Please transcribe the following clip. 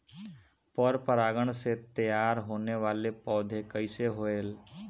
पर परागण से तेयार होने वले पौधे कइसे होएल?